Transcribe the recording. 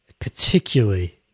particularly